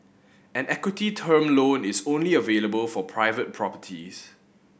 an equity term loan is only available for private properties